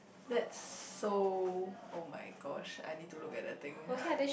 that's so [oh]-my-gosh I need to look at that thing